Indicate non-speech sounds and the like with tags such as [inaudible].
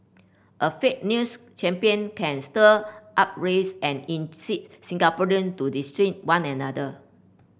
a fake news champion can stir unrest and incite Singaporean to [unintelligible] one another